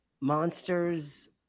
Monsters